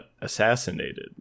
assassinated